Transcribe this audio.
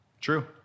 True